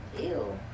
ew